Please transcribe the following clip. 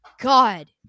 god